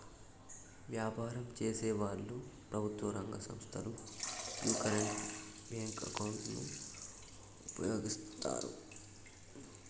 వ్యాపారం చేసేవాళ్ళు, ప్రభుత్వం రంగ సంస్ధలు యీ కరెంట్ బ్యేంకు అకౌంట్ ను వుపయోగిత్తాయి